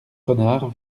renard